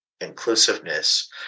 inclusiveness